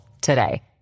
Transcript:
today